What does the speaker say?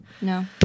No